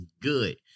good